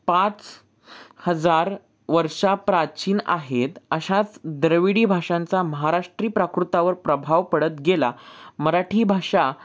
पाच हजार वर्षा प्राचीन आहेत अशाच द्रविडी भाषांचा महाराष्ट्री प्राकृतावर प्रभाव पडत गेला मराठी भाषा